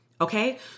okay